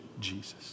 Jesus